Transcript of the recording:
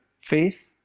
faith